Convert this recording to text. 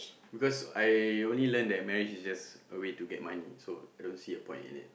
because I only learn that marriage is just a way to get money so I don't see a point in it